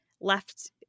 left